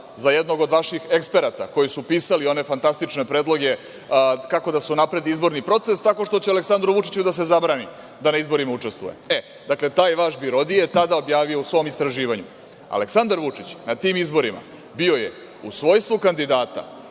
za jednog od vaših eksperata koji su pisali one fantastične predloge kako da se unapredi izborni proces, tako što će Aleksandru Vučiću da se zabrani da na izborima učestvuje. E, taj vaš BIRODI je tada objavio u svom istraživanju - Aleksandar Vučić na tim izborima bio je u svojstvu kandidata,